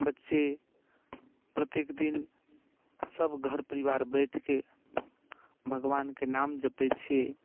बच्चे प्रत्येक दिन सभ घर परिवार बैठिके भगवानके नाम जपैत छियै